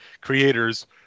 creators